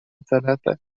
ثلاثة